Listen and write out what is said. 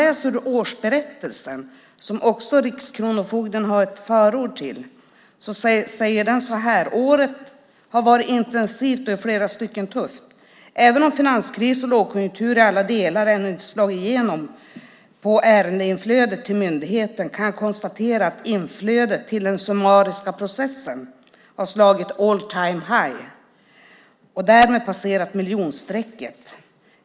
I årsberättelsen har rikskronofogden skrivit ett förord. Där står det så här: "Året har varit intensivt och i flera stycken tufft. Även om finanskrisen och lågkonjunkturen i alla delar ännu inte slagit igenom på ärendeinflödet till myndigheten kan jag konstatera att inflödet till den summariska processen har slagit 'all time high' och därmed passerat miljonstrecket.